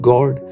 God